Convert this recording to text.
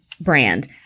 brand